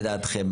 לדעתכם,